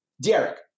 Derek